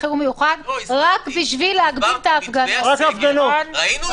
מיוחד ל-20 אנשים.